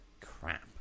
crap